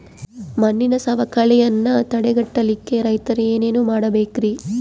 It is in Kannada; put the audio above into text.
ಮಣ್ಣಿನ ಸವಕಳಿಯನ್ನ ತಡೆಗಟ್ಟಲಿಕ್ಕೆ ರೈತರು ಏನೇನು ಮಾಡಬೇಕರಿ?